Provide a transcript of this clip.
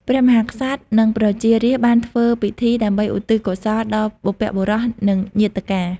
ព្រះមហាក្សត្រ និងប្រជារាស្ត្របានធ្វើពិធីដើម្បីឧទ្ទិសកុសលដល់បុព្វបុរស និងញាតិកា។